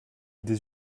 des